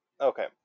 Okay